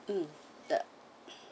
mm the